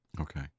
Okay